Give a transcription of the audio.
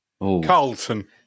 Carlton